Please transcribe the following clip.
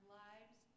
lives